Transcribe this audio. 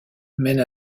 mène